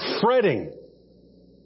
fretting